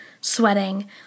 sweating